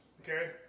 Okay